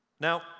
Now